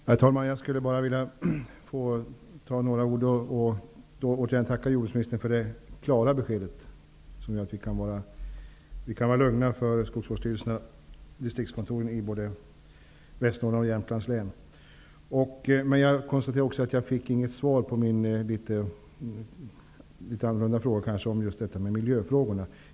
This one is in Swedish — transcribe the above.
Herr talman! Jag skulle återigen vilja tacka jordbruksministern för detta klara besked som gör att vi kan vara lugna när det gäller skogsvårdsstyrelsernas distriktskontor i Jag konstaterar emellertid att jag inte fick något svar på min kanske litet annorlunda fråga om miljöfrågorna.